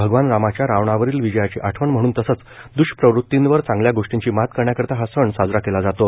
भगवान रामाच्या रावणावरील विजयाची आठवण म्हणून तसंच द्ष्प्रवृत्तींवर चांगल्या गोष्टींनी मात करण्याकरिता हा सण साजरा केला जातो